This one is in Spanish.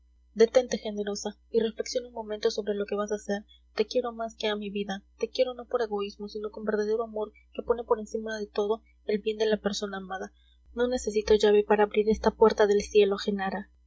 detente generosa y reflexiona un momento sobre lo que vas a hacer te quiero más que a mi vida te quiero no por egoísmo sino con verdadero amor que pone por encima de todo el bien de la persona amada no necesito llave para abrir esta puerta del cielo genara